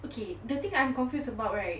okay the thing I am confused about right